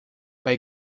bei